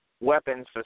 weapons